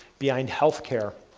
behind health care.